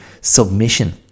submission